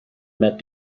met